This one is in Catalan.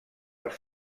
als